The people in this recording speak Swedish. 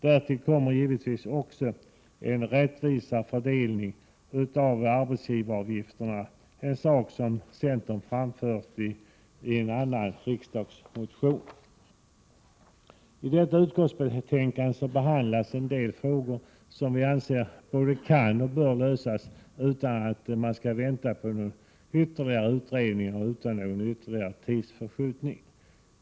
Därtill kommer givetvis också att det måste bli en rättvisare fördelning av arbetsgivaravgifterna, något som centern har framfört i en annan riksdagsmotion. I detta utskottsbetänkande behandlas en del frågor som vi anser både kan och bör lösas utan att vi skall behöva vänta på ytterligare utredningar och utan att det blir ytterligare tidsförskjutningar.